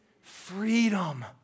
Freedom